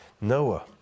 Noah